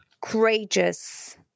courageous